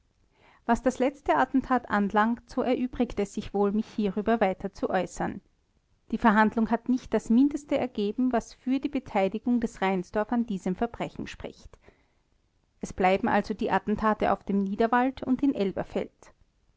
was das letzte attentat anlangt so erübrigt es sich wohl mich hierüber weiter zu äußern die verhandlung hat nicht das mindeste ergeben was für die beteiligung des reinsdorf an diesem verbrechen spricht es bleiben also die attentate auf dem niederwald und in elberfeld